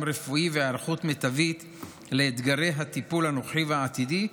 רפואי והיערכות מיטבית לאתגרי הטיפול הנוכחי והעתידי.